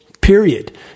Period